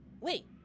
Wait